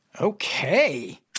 Okay